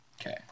Okay